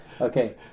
Okay